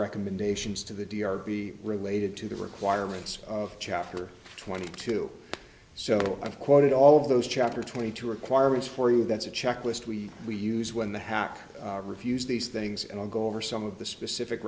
recommendations to the d r v related to the requirements of chapter twenty two so i've quoted all of those chapter twenty two requirements for you that's a checklist we we use when the hack refused these things and i'll go over some of the specific